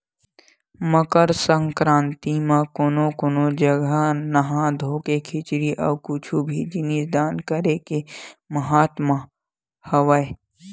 मकर संकरांति म कोनो कोनो जघा नहा धोके खिचरी अउ कुछु भी जिनिस दान करे के महत्ता हवय